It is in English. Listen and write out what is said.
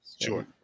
Sure